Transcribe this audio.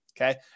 okay